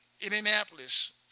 Indianapolis